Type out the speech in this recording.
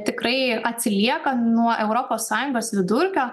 tikrai atsiliekan nuo europos sąjungos vidurkio